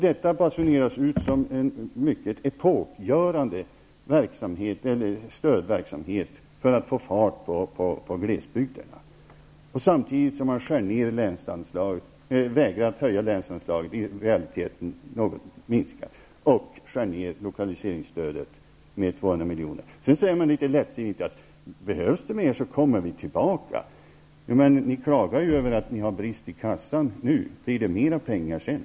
Detta basuneras ut som en mycket epokgörande stödverksamhet för att få fart på glesbygden samtidigt som man vägrar att höja länsanslaget. Det minskar i realiteten. Man skär ner lokaliseringsstödet med 200 milj.kr. Sedan säger ni litet lättsinnigt att behövs det mer kommer ni tillbaka. Ni klagar ju över att ni har brist i kassan nu. Blir det mera pengar sedan?